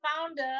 founder